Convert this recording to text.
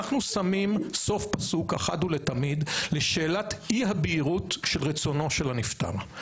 אנחנו שמים סוף פסוק אחת ולתמיד לשאלת אי הבהירות של רצונו של הנפטר.